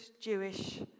Jewish